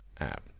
app